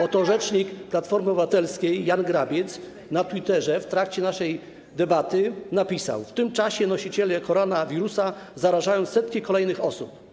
Oto rzecznik Platformy Obywatelskiej Jan Grabiec na Twitterze w trakcie naszej debaty napisał: W tym czasie nosiciele koronawirusa zarażają setki kolejnych osób.